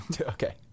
Okay